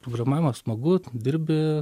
programavimas smagu tu dirbi